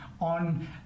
on